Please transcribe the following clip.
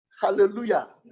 Hallelujah